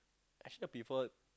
actually I prefer